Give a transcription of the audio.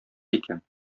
икән